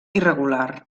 irregular